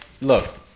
look